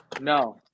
No